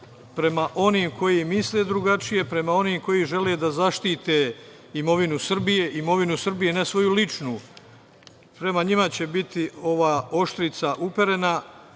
prema onima koji misle drugačije, prema onima koji žele da zaštite imovinu Srbije, imovinu Srbije, ne svoju ličnu. Prema njima će biti ova oštrica uperena,